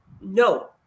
no